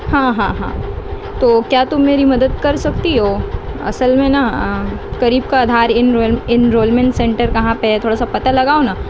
ہاں ہاں ہاں تو کیا تم میری مدد کر سکتی ہو اصل میں نا قریب کا آدھار انول انرولمنٹ سینٹر کہاں پہ ہے تھوڑا سا پتا لگاؤ نا